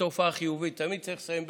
בתופעה חיובית, תמיד צריך לסיים בטוב,